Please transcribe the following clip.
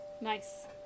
Nice